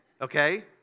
okay